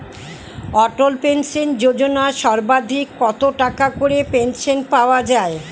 অটল pension Yojana সর্বাধিক কত টাকা করে পেনশন পাওয়া যায়?